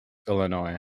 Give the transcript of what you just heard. illinois